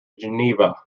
geneva